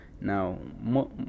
Now